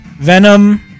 Venom